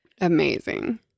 Amazing